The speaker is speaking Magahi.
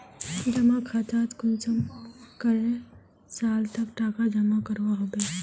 जमा खातात कुंसम करे साल तक टका जमा करवा होबे?